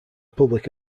public